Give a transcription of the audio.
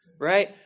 right